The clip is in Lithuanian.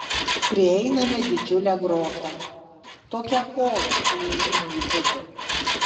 prieiname didžiulę grotą tokią uolą su įėjimu į vidų